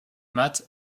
maths